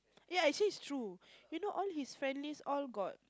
ya actually is true you know all his friends list all got